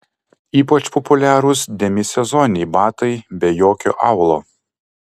ypač populiarūs demisezoniniai batai be jokio aulo